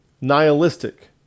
nihilistic